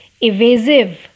evasive